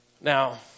Now